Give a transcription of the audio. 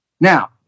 Now